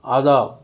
آداب